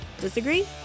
Disagree